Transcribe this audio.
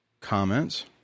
comments